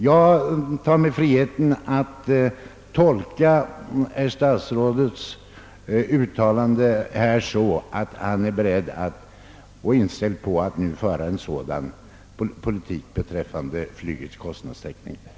Jag tar mig friheten att tolka herr statsrådets uttalande så att han är beredd och inställd på att för framtiden genomföra en sådan politik beträffande flygets kostnadstäckning.